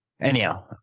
anyhow